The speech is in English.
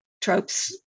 tropes